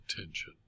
attention